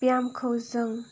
बेयामखौ जों